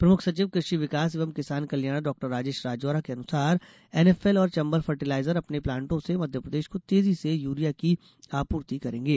प्रमुख सचिव कृषि विकास एवं किसान कल्याण डॉ राजेश राजौरा के अनुसार एनएफएल और चम्बल फर्टिलाइजर अपने प्लांटों से मध्यप्रदेश को तेजी से यूरिया की आपूर्ति करेंगे